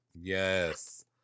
Yes